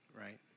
right